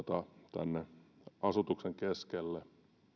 tänne asutuksen keskelle